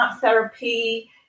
therapy